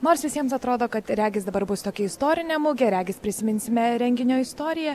nors visiems atrodo kad regis dabar bus tokia istorinė mugė prisiminsime renginio istoriją